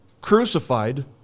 crucified